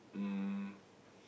um